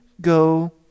go